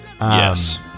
yes